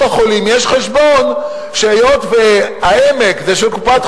למקומו, ואנחנו עוברים להצבעה.